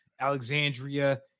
Alexandria